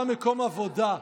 גם מקום עבודה,